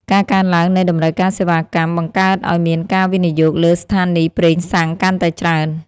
ការកើនឡើងនៃតម្រូវការសេវាកម្ម បង្កើតឱ្យមានការវិនិយោគលើស្ថានីយ៍ប្រេងសាំងកាន់តែច្រើន។